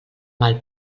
mal